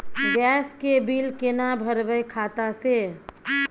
Gas के bill केना भरबै खाता से?